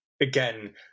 again